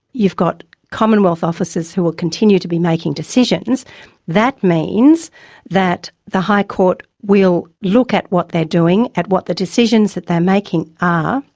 you've got commonwealth officers who will continue to be making decisions that means that the high court will look at what they are doing, at what the decisions that they are making are.